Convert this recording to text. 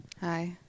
Hi